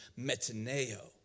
Metaneo